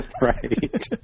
right